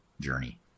journey